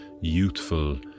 youthful